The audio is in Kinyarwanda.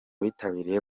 bitabiriye